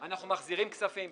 אנחנו מחזירים כספים,